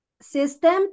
system